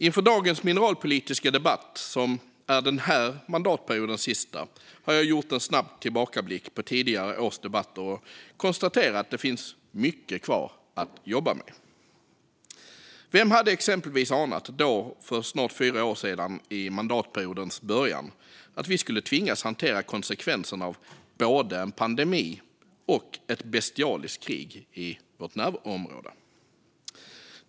Inför dagens mineralpolitiska debatt, som är den här mandatperiodens sista, gjorde jag en snabb tillbakablick på tidigare års debatter och konstaterade att det finns mycket kvar att jobba med. Vem hade exempelvis anat, då i mandatperiodens början för snart fyra år sedan, att vi skulle tvingas hantera konsekvenserna av både en pandemi och ett bestialiskt krig i vårt närområde?